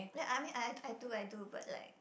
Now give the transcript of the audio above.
then I mean I I do I do but like